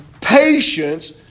patience